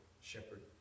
shepherd